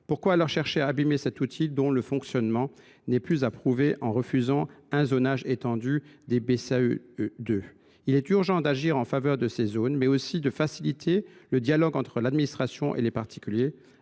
Pourquoi chercher à abîmer cet outil, dont l’efficacité n’est plus à prouver en refusant un zonage étendu des BCAE 2 ? Il est urgent d’agir en faveur de ces zones, mais aussi de faciliter le dialogue entre l’administration et les particuliers.